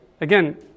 Again